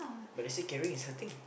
but they say caring is hurting